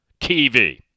TV